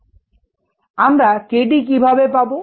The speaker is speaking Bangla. আমরা k dকিভাবে পাব